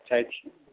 চাইছি